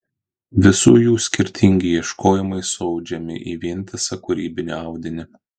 visų jų skirtingi ieškojimai suaudžiami į vientisą kūrybinį audinį